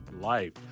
life